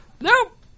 Nope